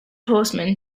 horseman